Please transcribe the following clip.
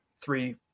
three –